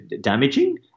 damaging